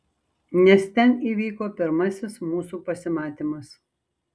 nes ten įvyko pirmasis mūsų pasimatymas